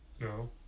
no